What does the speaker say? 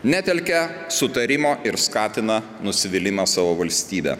netelkia sutarimo ir skatina nusivylimą savo valstybe